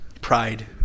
pride